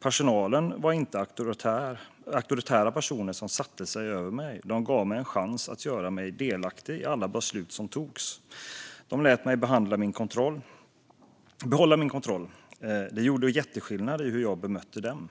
Personalen var inte auktoritära personer som satte sig över mig, de gav mig en chans att göra mig delaktig i alla beslut som togs. De lät mig behålla min kontroll. Det gjorde jätteskillnad i hur jag bemötte dem.